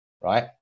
right